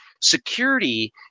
Security